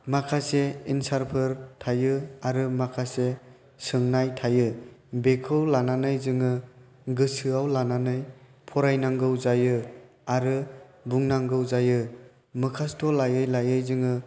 माखासे एनसारफोर थायो आरो माखासे सोंनाय थायो बेखौ लानानै जों गोसोआव लानानै फरायनांगौ जायो आरो बुंनांगौ जायो मोखास्त लायै लायै जों